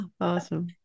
awesome